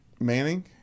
Manning